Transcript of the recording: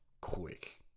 quick